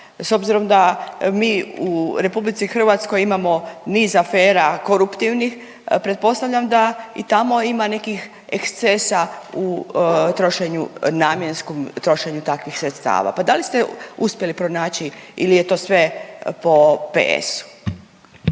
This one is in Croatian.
S obzirom da mi u RH imamo niz afera koruptivnih pretpostavljam da i tamo ima nekih ekscesa u namjenskom trošenju takvih sredstava, pa da li ste uspjeli pronaći ili je to sve po ps-u?